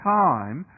time